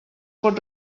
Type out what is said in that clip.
pot